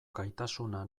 gaitasuna